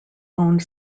owned